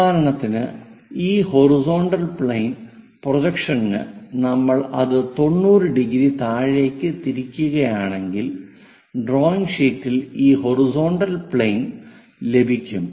ഉദാഹരണത്തിന് ഈ horizontal plane പ്രൊജക്ഷന് നമ്മൾ അത് 90 ഡിഗ്രി താഴേക്ക് തിരിക്കുകയാണെങ്കിൽ ഡ്രോയിംഗ് ഷീറ്റിൽ ഈ ഹൊറിസോണ്ടൽ പ്ലെയിൻ ലഭിക്കും